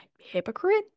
hypocrite